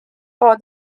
for